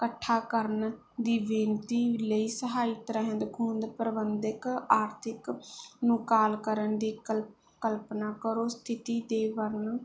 ਇਕੱਠਾ ਕਰਨ ਦੀ ਬੇਨਤੀ ਲਈ ਸਹਾਇਤਾ ਰਹਿੰਦ ਖੂੰਹਦ ਪ੍ਰਬੰਧਕ ਆਰਥਿਕ ਨੂੰ ਕਾਲ ਕਰਨ ਦੀ ਕਲਪਨਾ ਕਲਪਨਾ ਕਰੋ ਸਥਿਤੀ 'ਤੇ ਵਰਣਨ